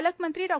पालकमंत्री डॉ